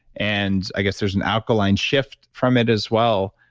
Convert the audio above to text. and i guess there's an alkaline shift from it as well.